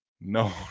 no